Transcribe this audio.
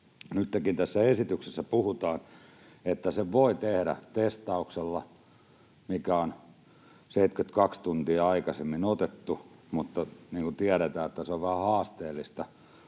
nyttenkin tässä esityksessä puhutaan, että sen voi tehdä testauksella, mikä on 72 tuntia aikaisemmin otettu, mutta niin kuin tiedetään, on vähän haasteellista